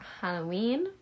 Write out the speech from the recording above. Halloween